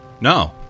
No